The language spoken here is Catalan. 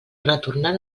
retornar